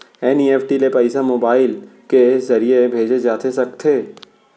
NEFT ले पइसा mobile के ज़रिए भेजे जाथे सकथे?